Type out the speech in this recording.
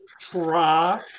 try